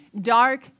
dark